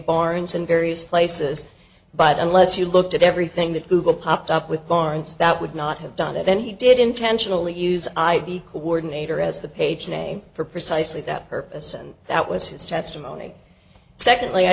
barnes and various places but unless you looked at everything that google popped up with bars that would not have done it then he did intentionally use id coordinator as the page name for precisely that purpose and that was his testimony secondly i